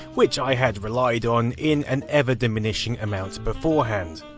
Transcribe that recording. which i had relied on in an ever diminishing amount beforehand.